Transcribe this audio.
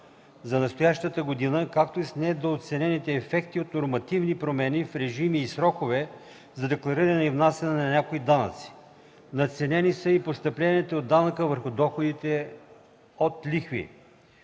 за настоящата година, както и с недооценените ефекти от нормативни промени в режими и срокове за деклариране и внасяне на някои данъци. Надценени са и постъпленията от данъка върху доходите от лихви.